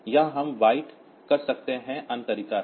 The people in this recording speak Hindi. या हम बाइट कर सकते हैं अन्य तरीका है